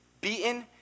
beaten